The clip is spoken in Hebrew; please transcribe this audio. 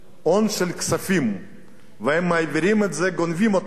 הון של כספים והם מעבירים את זה, גונבים אותם.